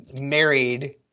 married